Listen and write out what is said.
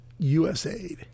USAID